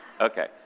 Okay